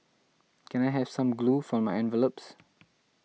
can I have some glue for my envelopes